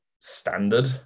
standard